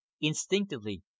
instinctively